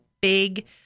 big